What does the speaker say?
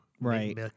Right